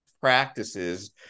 practices